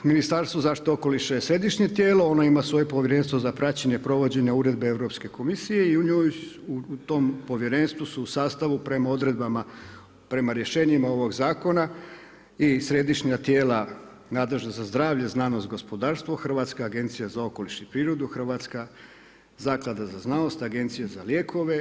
Ministarstvo zaštite okoliša je središnje tijelo, ono ima svoje povjerenstvo za praćenje provođenja uredbe Europske komisije i u tom povjerenstvu su u sastavu prema rješenjima ovog zakona i središnja tijela nadležna za zdravlje, znanost, gospodarstvo, Hrvatska agencija za okoliš i prirodu, Hrvatska zaklada za znanost, Agencija za lijekove.